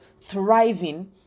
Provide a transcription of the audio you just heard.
thriving